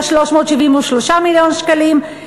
היה 373 מיליון שקלים.